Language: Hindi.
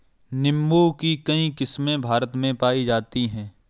नीम्बू की कई किस्मे भारत में पाई जाती है